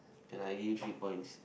then I give three points